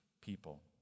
people